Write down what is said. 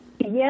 Yes